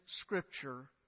scripture